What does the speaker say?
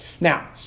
Now